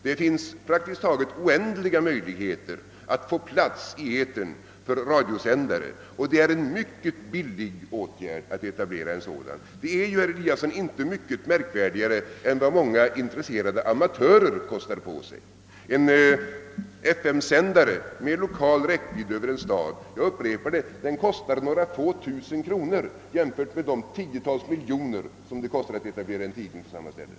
Det finns praktiskt taget oändliga möjligheter att få plats med radiosändare i etern och det är mycket billigt att etablera sådana. Det är, herr Eliasson, inte mycket märkvärdigare än vad många intresserade amatörer kostar på sig. En FM-sändare med lokal räckvidd över en stad kostar några tusen kronor. Det kan jämföras med de tiotals miljoner kronor som det kostar att etablera en tidning på samma ställe.